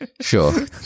Sure